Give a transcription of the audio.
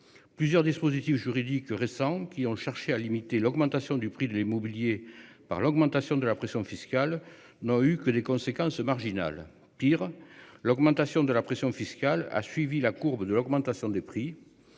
Plusieurs dispositifs juridiques récents qui ont cherché à limiter l'augmentation du prix de l'immobilier par l'augmentation de la pression fiscale n'a eu que des conséquences marginal. Pire, l'augmentation de la pression fiscale a suivi la courbe de l'augmentation des prix.